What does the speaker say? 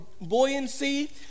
Buoyancy